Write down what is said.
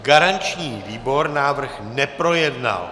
Garanční výbor návrh neprojednal.